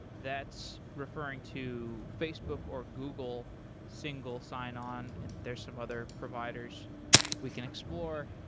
that's referring to facebook or google single sign-on. and there are some other providers we can explore.